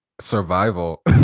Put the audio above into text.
survival